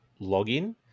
login